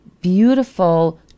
beautiful